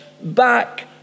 back